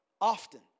Often